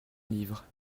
livre